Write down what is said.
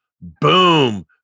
Boom